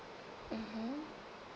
mmhmm